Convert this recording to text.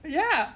ya